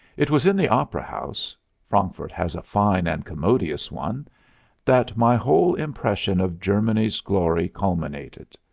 it was in the opera house frankfurt has a fine and commodious one that my whole impression of germany's glory culminated.